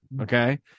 Okay